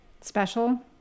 special